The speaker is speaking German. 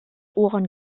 ohren